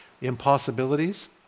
Impossibilities